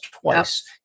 twice